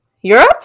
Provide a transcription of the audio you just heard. Europe